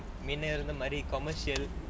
மின்ன இருந்த மாதிரி:minna iruntha maari commercial